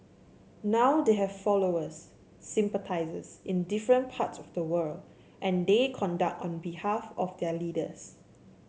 now they have followers sympathisers in different parts of the world and they conduct on behalf of their leaders